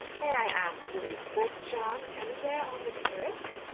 may i ask you is sir john anywhere on the terrace?